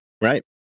Right